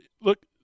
Look